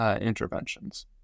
interventions